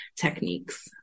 techniques